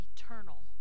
eternal